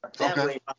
Okay